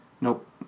Nope